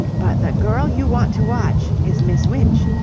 but the girl you want to watch is miss winch.